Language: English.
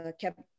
kept